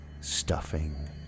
stuffing